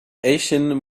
asian